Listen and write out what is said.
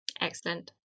Excellent